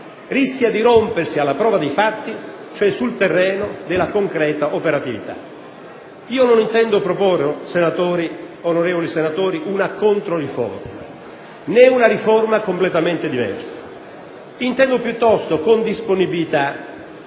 rischia di rompersi alla prova dei fatti sul terreno della concreta operatività. Non intendo proporre, onorevoli senatori, una controriforma, né una riforma completamente diversa. Intendo piuttosto, con disponibilità